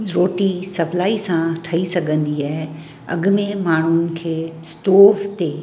रोटी सवलाई सां ठही सघंदी आहे अॻिमें माण्हुनि खे स्टोव ते